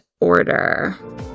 order